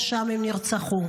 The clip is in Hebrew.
ושם הם נרצחו.